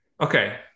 okay